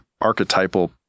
archetypal